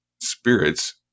spirits